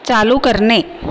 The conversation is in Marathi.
चालू करणे